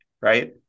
right